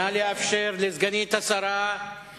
נא לאפשר לסגנית השר להמשיך בנאומה האינפורמטיבי.